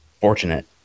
fortunate